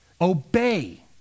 obey